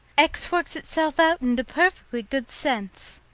x works itself out into perfectly good sense.